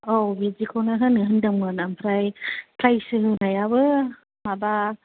औ बिदिखौनो होनो होन्दोंमोन ओमफ्राय प्राइज होनायाबो माबा